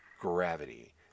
gravity